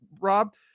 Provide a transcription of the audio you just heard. rob